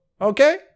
Okay